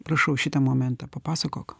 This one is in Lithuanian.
prašau šitą momentą papasakok